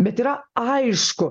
bet yra aišku